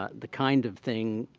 ah the kind of thing,